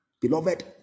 beloved